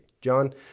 John